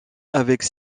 avec